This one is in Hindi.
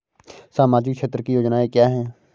सामाजिक क्षेत्र की योजनाएँ क्या हैं?